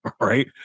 right